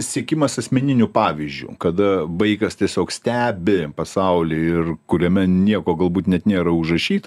sekimas asmeniniu pavyzdžiu kada vaikas tiesiog stebi pasaulį ir kuriame nieko galbūt net nėra užrašyta